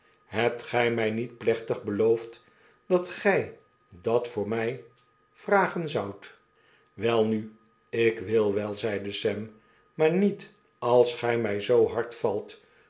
hebt gij mg niet plechtig beloofd dat gg dat voor mg vragen zoudt p welnu ik wil wel zeide sam maar niet als gg mij zoo hard valt